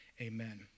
Amen